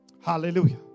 hallelujah